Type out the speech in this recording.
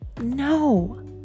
No